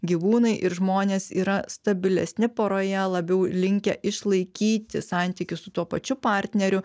gyvūnai ir žmonės yra stabilesni poroje labiau linkę išlaikyti santykius su tuo pačiu partneriu